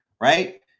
right